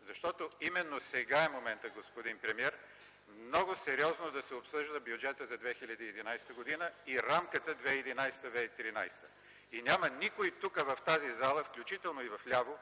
защото именно сега е моментът, господин премиер, много сериозно да се обсъжда бюджетът за 2011 г. и рамката 2011-2013 г.! И няма никой тук, в тази зала, включително и вляво,